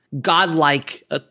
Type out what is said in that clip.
godlike